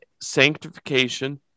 sanctification